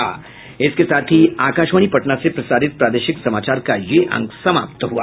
इसके साथ ही आकाशवाणी पटना से प्रसारित प्रादेशिक समाचार का ये अंक समाप्त हुआ